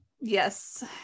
Yes